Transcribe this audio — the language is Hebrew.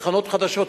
תחנות חדשות,